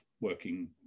working